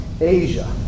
Asia